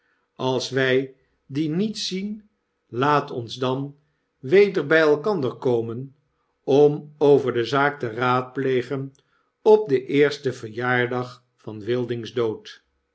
als wg die niet zien laat ons dan weder by elkander komen om over de zaak te raadplegen op den eersten verjaardag van wilding's dood